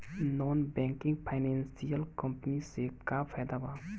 Non banking financial company से का फायदा बा?